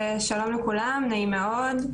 שלום לכולם, נעים מאוד.